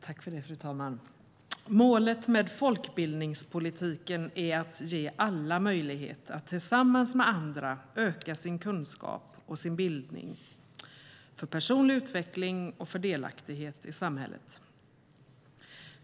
Fru talman! Målet med folkbildningspolitiken är att ge alla möjlighet att tillsammans med andra öka sin kunskap och sin bildning för personlig utveckling och delaktighet i samhället.